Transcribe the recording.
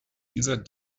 dieser